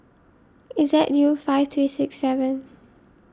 Z U five three six seven